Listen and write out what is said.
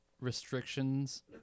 restrictions